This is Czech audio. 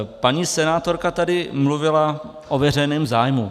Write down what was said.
Paní senátorka tady mluvilo o veřejném zájmu.